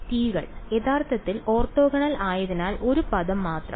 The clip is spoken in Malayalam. t കൾ യഥാർത്ഥത്തിൽ ഓർത്തോഗണൽ ആയതിനാൽ ഒരു പദം മാത്രം